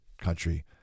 country